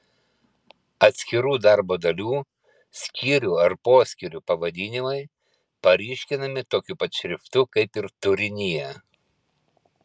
atskirų darbo dalių skyrių ar poskyrių pavadinimai paryškinami tokiu pat šriftu kaip ir turinyje